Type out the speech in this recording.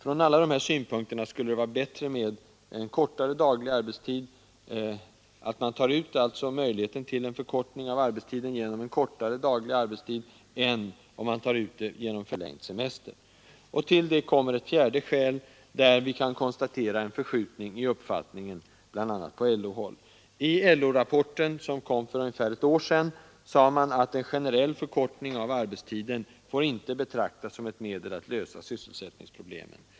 Från alla dessa synpunkter skulle det vara bättre att ta ut möjligheten till en förkortning av arbetstiden i form av en kortare daglig arbetstid än att göra det genom en förlängd veckoslutsvila eller längre semester. Till allt detta kommer ett fjärde skäl, och på den punkten kan vi konstatera en förskjutning i uppfattningen bl.a. inom LO. I LO rapporten som lades fram för ungefär ett år sedan sade man att en generell förkortning av arbetstiden inte får betraktas som ett medel att lösa sysselsättningsproblemen.